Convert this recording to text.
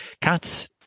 cats